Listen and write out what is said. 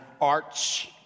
arts